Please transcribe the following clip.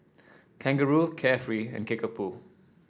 Kangaroo Carefree and Kickapoo